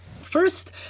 First